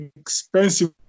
expensive